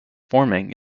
forming